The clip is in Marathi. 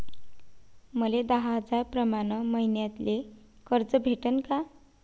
मले दहा हजार प्रमाण मईन्याले कर्ज भेटन का?